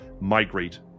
migrate